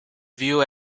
view